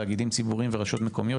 תאגידים ציבוריים ורשויות מקומיות,